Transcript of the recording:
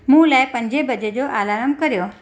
मूं लाइ पंजे वजे जो अलार्म करियो